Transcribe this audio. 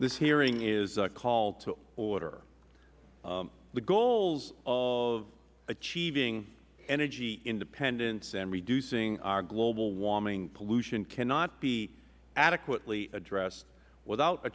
this hearing is called to order the goals of achieving energy independence and reducing our global warming pollution cannot be adequately addressed without a